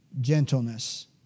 gentleness